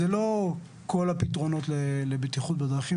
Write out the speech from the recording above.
אלה לא כל הפתרונות לבטיחות בדרכים,